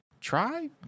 Try